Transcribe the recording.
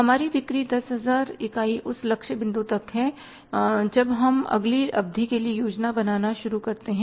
हमारी बिक्री 10000 इकाई उस लक्ष्य बिंदु तक हैं जब हम अगली अवधि के लिए योजना बनाना शुरू करते हैं